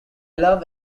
love